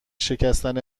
شکستن